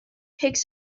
picks